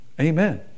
Amen